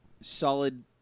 solid